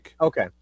okay